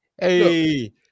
Hey